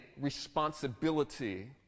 responsibility